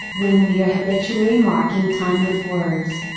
when we are habitually marking time with words.